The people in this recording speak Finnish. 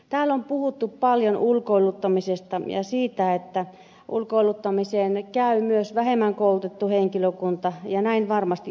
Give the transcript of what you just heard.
täällä on puhuttu paljon ulkoiluttamisesta ja siitä että ulkoiluttamiseen käy myös vähemmän koulutettu henkilökunta ja näin varmasti on